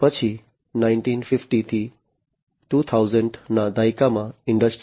પછી 1950 થી 2000 ના દાયકામાં ઇન્ડસ્ટ્રી3